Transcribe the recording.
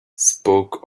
spoke